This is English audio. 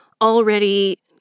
already